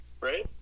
right